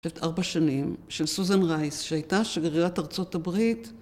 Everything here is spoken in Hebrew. ארבע שנים, של סוזן רייס, שהייתה שגרירת ארה״ב.